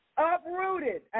uprooted